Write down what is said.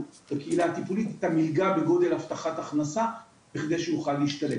בקהילה טיפולית מילגה בגודל אבטחת הכנסה בכדי שיוכל להשתלב.